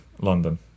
London